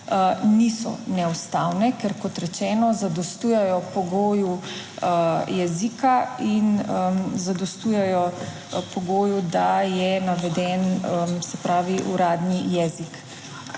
niso neustavne, ker, kot rečeno, zadostujejo pogoju jezika in zadostujejo pogoju, da je naveden, se pravi uradni jezik.